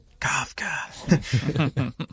Kafka